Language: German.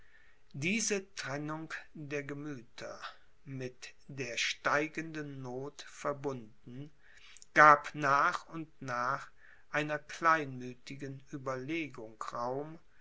diese trennung der gemüther mit der steigenden noth verbunden gab nach und nach einer kleinmüthigen ueberlegung